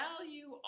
value